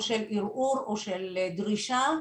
או של ערעור או של דרישה,